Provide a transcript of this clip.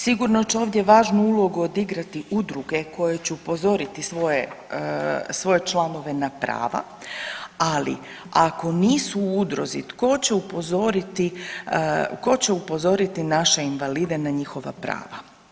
Sigurno će ovdje važnu ulogu odigrati udruge koje će upozoriti svoje, svoje članove na prava, ali ako nisu u udruzi tko će upozoriti, tko će upozoriti naše invalide na njihova prava.